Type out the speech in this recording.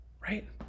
right